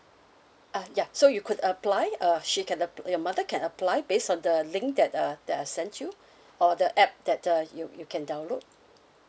uh ya so you could apply uh she can ap~ your mother can apply based on the link that uh that I sent you or the app that uh you you can download